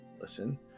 listen